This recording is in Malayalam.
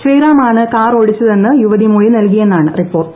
ശ്രീറാമാണ് കാറോടിച്ചതെന്ന് യുവതി മൊഴി നൽകിയെന്നാണ് റിപ്പോർട്ട്